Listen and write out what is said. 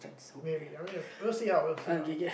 maybe I mean we'll see how we'll see how